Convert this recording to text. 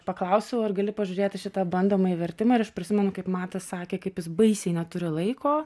paklausiau ar gali pažiūrėti šitą bandomąjį vertimą ir aš prisimenu kaip matas sakė kaip jis baisiai neturi laiko